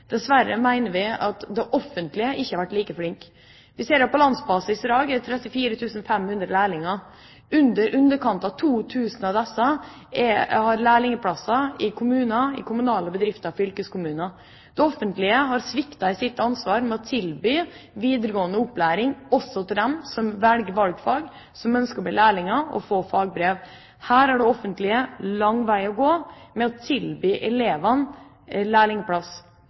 Dessverre mener vi at det offentlige ikke har vært like flinke. Vi ser det på landsbasis i dag. Det er 34 500 lærlinger. I underkant av 2 000 av disse har lærlingplasser i kommuner, i kommunale bedrifter og fylkeskommuner. Det offentlige har sviktet sitt ansvar med å tilby videregående opplæring også til dem som velger valgfag, som ønsker å bli lærlinger og få fagbrev. Her har det offentlige en lang vei å gå med å tilby elevene lærlingplass.